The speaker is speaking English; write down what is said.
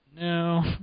No